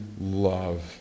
love